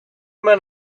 men